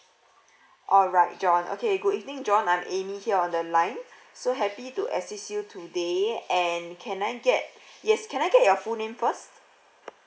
alright john okay good evening john I'm amy hear on the line so happy to assist you today and can I get yes can I get your full name first